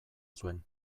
zuen